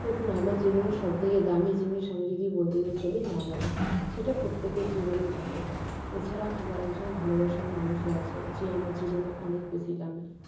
দেখুন আমার জীবনের সবথেকে দামি জিনিস আমি যদি বলতে গেলে চলি মা বাবা সেটা প্রত্যেকের জীবনেও থাকে এছাড়া আমার একজন ভালোবাসার মানুষও আছে যে আমার জীবনে অনেক বেশি দামি